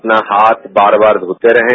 अपना हाथ बार बार धोते रहें